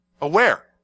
aware